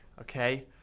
okay